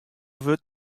wurdt